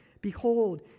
Behold